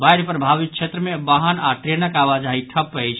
बाढ़ि प्रभावित क्षेत्र मे वाहन आओर ट्रेनक आवाजाही ठप अछि